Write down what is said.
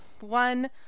One